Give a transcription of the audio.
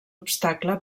obstacle